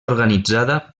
organitzada